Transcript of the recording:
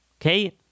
Okay